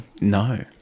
No